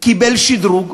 קיבל שדרוג.